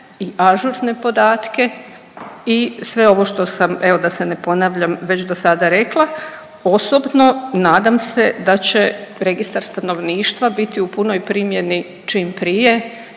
i ažurne podatke i sve ovo što sam evo da se ne ponavljam, već do sada rekla, osobno nadam se da će registar stanovništva biti u punoj primjeni čim prije